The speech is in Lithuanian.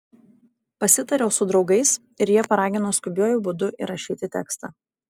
pasitariau su draugais ir jie paragino skubiuoju būdu įrašyti tekstą